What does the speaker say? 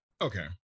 Okay